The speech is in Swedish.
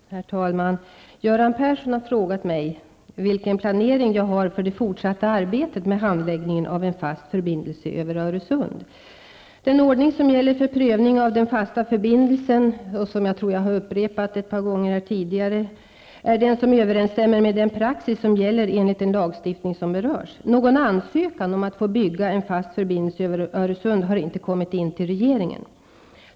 Herr talman! Göran Persson har frågat mig vilken planering jag har för det fortsatta arbetet med handläggningen av en fast förbindelse över Den ordning som gäller för prövning av den fasta förbindelsen -- och som jag tror jag har upprepat några gånger tidigare -- är den som överensstämmer med den praxis som gäller enligt den lagstiftning som berörs. Någon ansökan om att få bygga en fast förbindelse över Öresund har inte kommit in till regeringen.